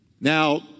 Now